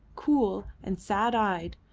cool, and sad-eyed,